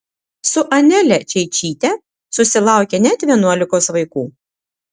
su anele čeičyte susilaukė net vienuolikos vaikų